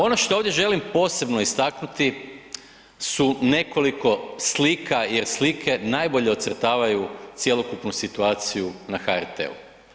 Ono što želim ovdje posebno istaknuti su nekoliko slika jer slike najbolje ocrtavaju cjelokupnu situaciju na HRT-u.